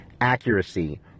accuracy